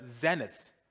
zenith